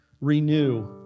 Renew